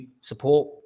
support